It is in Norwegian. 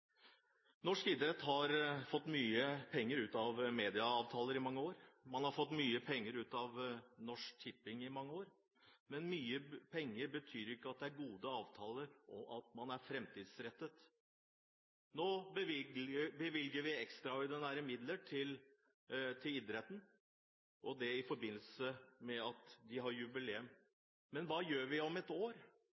Norsk idrett har fått mye penger ut av medieavtaler i mange år, og man har fått mye penger ut av Norsk Tipping i mange år, men mye penger betyr ikke at det er gode avtaler, og at man er framtidsrettet. Nå bevilger vi ekstraordinære midler til idretten, og det er i forbindelse med at den har jubileum.